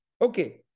Okay